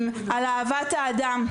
על אהבת האדם.